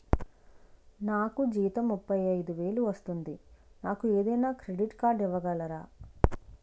నాకు జీతం ముప్పై ఐదు వేలు వస్తుంది నాకు ఏదైనా క్రెడిట్ కార్డ్ ఇవ్వగలరా?